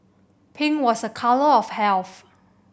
pink was a colour of health